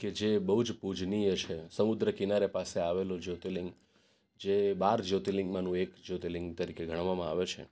કે જે બહુ જ પૂજનીય છે સમુદ્ર કિનારે પાસે આવેલું જ્યોતિર્લિંગ જે બાર જ્યોતિર્લિંગમાંનું એક જ્યોતિર્લિંગ તરીકે ગણવામાં આવે છે